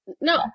No